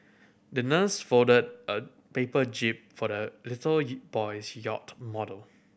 the nurse folded a paper jib for the little boy's yacht model